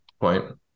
point